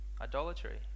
idolatry